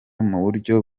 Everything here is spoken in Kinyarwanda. muburyo